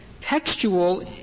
textual